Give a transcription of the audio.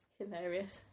Hilarious